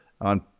on